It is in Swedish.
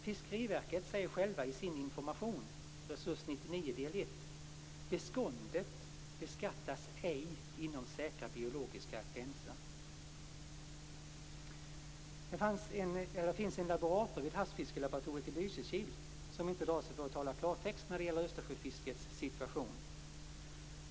Fiskeriverket säger självt i sin information Resurs Det finns en laborator vid Havsfiskelaboratoriet i Lysekil som inte drar sig för att tala klarspråk när det gäller Östersjöfiskets situation.